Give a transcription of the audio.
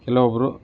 ಕೆಲವೊಬ್ಬರು